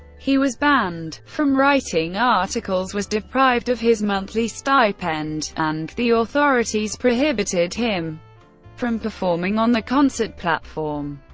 he was banned from writing articles, was deprived of his monthly stipend. and the authorities prohibited him from performing on the concert platform.